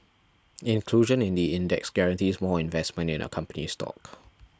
inclusion in the index guarantees more investment in a company's stock